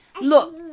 Look